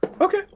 Okay